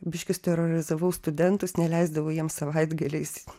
biškį suterorizavau studentus neleisdavau jiems savaitgaliais